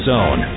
Zone